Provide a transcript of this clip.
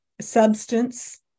substance